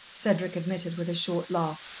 cedric admitted, with a short laugh.